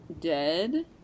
dead